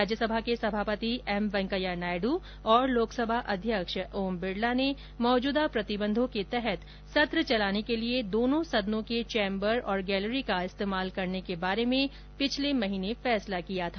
राज्यसभा के सभापति एमवेंकैया नायड् और लोकसभा अध्यक्ष ओम बिडला ने मौजूदा प्रतिबंधों के तहत सत्र चलाने के लिए दोनों सदनों के चैम्बर और गैलरी का इस्तेमाल करने के बारे में पिछले महीने फैसला किया था